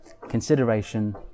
consideration